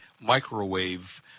microwave